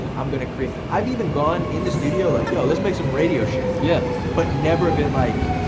i'm gonna create, i've even gone in the studio like, yo, let's make some radio shit. yeah. but never been like,